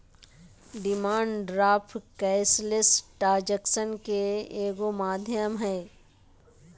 demand draft cashless ट्रांजेक्शनन के एगो माध्यम हइ